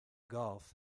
golf